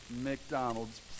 McDonald's